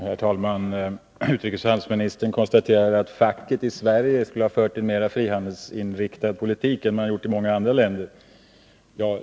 Herr talman! Utrikesoch handelsministern framhåller att facket i Sverige skulle ha fört en mer frihandelsinriktad politik än vad man har gjort i många andra länder.